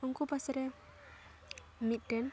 ᱩᱱᱠᱩ ᱯᱟᱥᱮᱨᱮ ᱢᱤᱫᱴᱟᱱ